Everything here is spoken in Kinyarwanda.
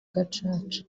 gacaca